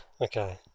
Okay